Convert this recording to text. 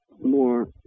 more